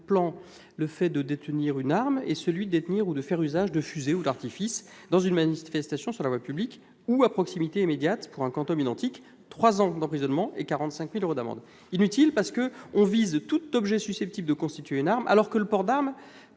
plan le fait de détenir une arme et celui de détenir des fusées ou artifices, ou d'en faire usage, dans une manifestation sur la voie publique ou à proximité immédiate pour un quantum identique : trois ans d'emprisonnement et 45 000 euros d'amende. C'est inutile, car on vise tout objet susceptible de constituer une arme, alors que le port d'une